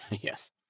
Yes